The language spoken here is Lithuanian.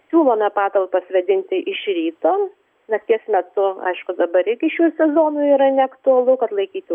siūlome patalpas vėdinti iš ryto nakties metu aišku dabar iki šio sezono yra neaktualu kad laikytų